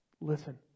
listen